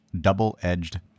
double-edged